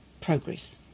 progress